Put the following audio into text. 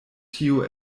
tio